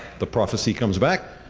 the prophecy comes back.